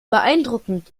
beeindruckend